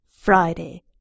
Friday